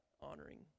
honoring